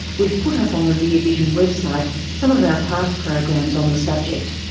we've put up on the rear vision website some of our past programs on the subject.